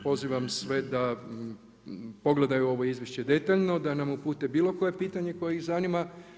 Pozivam sve da pogledaju ovo izvješće detaljno, da nam upute bilo koje pitanje koje ih zanima.